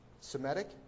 Semitic